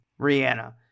Rihanna